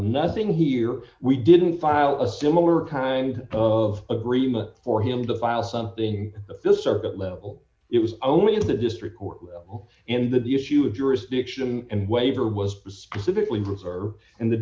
nothing here we didn't file a similar kind of agreement for him to file something the circuit level it was only in the district court and that the issue of jurisdiction and waiver was specifically refer and the